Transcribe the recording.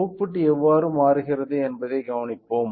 output எவ்வாறு மாறுகிறது என்பதை கவனிப்போம்